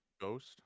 Ghost